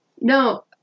No